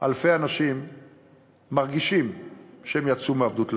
אלפי אנשים מרגישים שהם יצאו מעבדות לחירות.